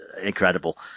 incredible